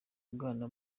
bwana